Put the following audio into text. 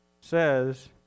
says